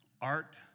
Art